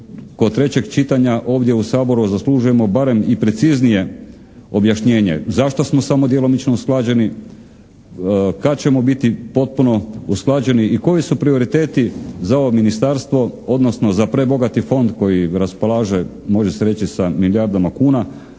kod trećeg čitanja ovdje u Saboru zaslužujemo barem i preciznije objašnjenje. Zašto smo samo djelomično usklađeni, kad ćemo biti potpuno usklađeni i koji su prioriteti za ovo ministarstvo, odnosno za prebogati fond koji raspolaže može se reći sa milijardama kuna